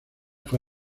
fue